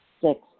Six